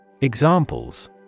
Examples